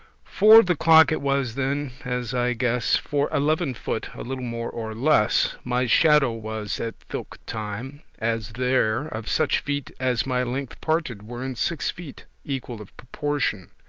four of the clock it was then, as i guess, for eleven foot, a little more or less, my shadow was at thilke time, as there, of such feet as my lengthe parted were in six feet equal of proportion.